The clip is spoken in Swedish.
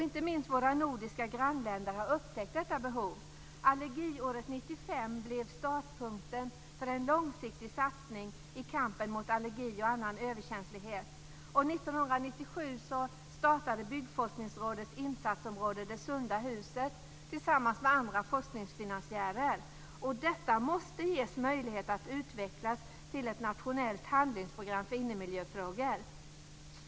Inte minst våra nordiska grannländer har upptäckt detta behov. Allergiåret 1995 blev startpunkten för en långsiktig satsning i kampen mot allergi och annan överkänslighet. 1997 startade Byggforskningsrådet insatsområdet Det sunda huset tillsammans med andra forskningsfinansiärer. Detta måste ges möjlighet att utvecklas till ett nationellt handlingsprogram för innemiljöfrågor.